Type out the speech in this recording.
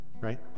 right